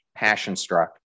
passionstruck